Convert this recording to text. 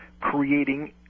creating